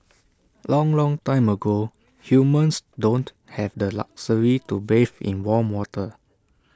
long long time ago humans don't have the luxury to bathe in warm water